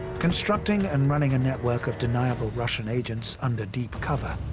constructing and running a network of deniable russian agents under deep cover,